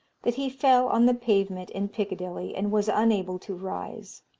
that he fell on the pavement in piccadilly, and was unable to rise,